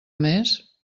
més